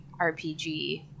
RPG